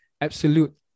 absolute